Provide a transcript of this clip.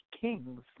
kings